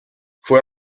fue